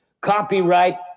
copyright